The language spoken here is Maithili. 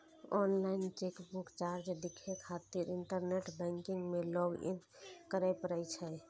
ऑनलाइन चेकबुक चार्ज देखै खातिर इंटरनेट बैंकिंग मे लॉग इन करै पड़ै छै